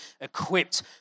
equipped